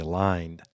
Aligned